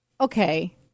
Okay